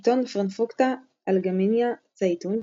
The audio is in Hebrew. עיתון "פרנקפורטה אלגמיינה צייטונג"